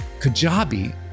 Kajabi